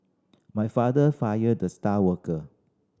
my father fired the star worker